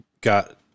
got